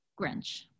Grinch